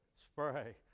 spray